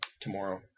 tomorrow